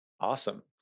awesome